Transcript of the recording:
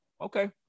Okay